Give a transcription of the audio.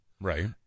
Right